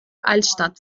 altstadt